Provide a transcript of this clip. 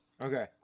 Okay